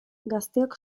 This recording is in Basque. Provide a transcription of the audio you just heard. gazteok